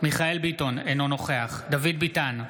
מיכאל מרדכי ביטון, אינו נוכח דוד ביטן,